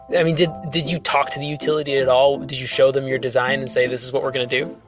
i mean, did did you talk to the utility at all? did you show them your design and say, this is what we're going to do?